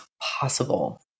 possible